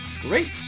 Great